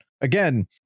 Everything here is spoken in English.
Again